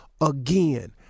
again